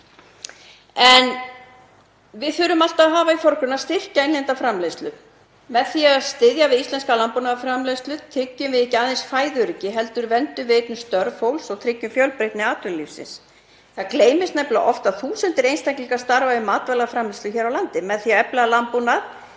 Við þurfum alltaf að hafa í forgrunni að styrkja innlenda framleiðslu. Með því að styðja við íslenska landbúnaðarframleiðslu tryggjum við ekki aðeins fæðuöryggi heldur verndum við einnig störf fólks og tryggjum fjölbreytni atvinnulífsins. Það gleymist nefnilega oft að þúsundir einstaklinga starfa við matvælaframleiðslu hér á landi. Með því að efla landbúnað